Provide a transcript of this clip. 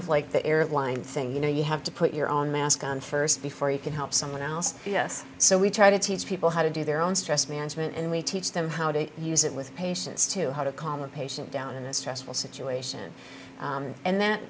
of like the airline thing you know you have to put your own mask on first before you can help someone else yes so we try to teach people how to do their own stress management and we teach them how to use it with patience to how to calm a patient down in a stressful